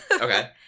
Okay